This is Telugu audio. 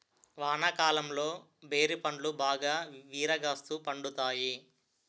వానాకాలంలో బేరి పండ్లు బాగా విరాగాస్తు పండుతాయి